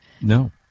No